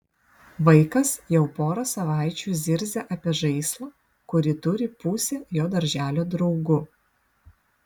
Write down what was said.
vaikas jau porą savaičių zirzia apie žaislą kurį turi pusė jo darželio draugų